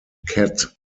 cat